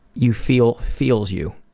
you feel feels you.